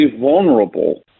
vulnerable